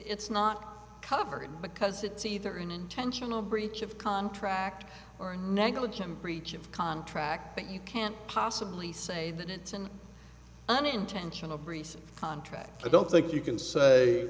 it's not covered because it's either an intentional breach of contract or negligent breach of contract but you can't possibly say that it's an unintentional breach of contract i don't think you can say